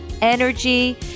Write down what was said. energy